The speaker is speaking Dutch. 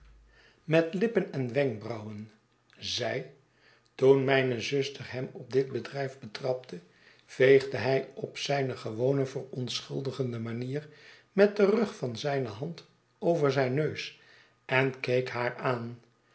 met lippen en wenkbrauwen zij toen mijne zuster hem op dit bedrijf betrapte veegde hij op zijne gewone verontschuldigende manier met den rug van zijne hand over zijnneus en keek haar aan